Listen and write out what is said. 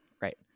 Right